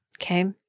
okay